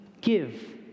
give